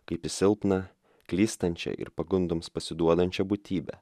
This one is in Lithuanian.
kaip į silpną klystančią ir pagundoms pasiduodančią būtybę